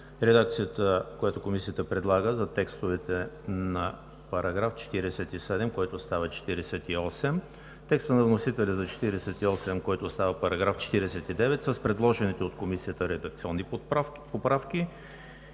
редакцията, която Комисията предлага за текстовете на § 47, който става § 48; текста на вносителя за § 48, който става § 49 с предложените от Комисията редакционни поправки,